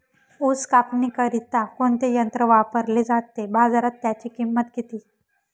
ऊस कापणीकरिता कोणते यंत्र वापरले जाते? बाजारात त्याची किंमत किती?